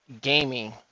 gaming